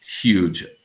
huge